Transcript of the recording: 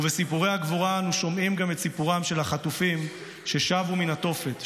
ובסיפורי הגבורה אנו שומעים גם את סיפורם של החטופים ששבו מן התופת,